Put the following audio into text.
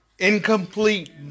Incomplete